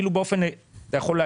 אפילו באופן אגואיסטי,